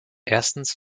erstens